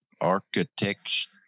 architecture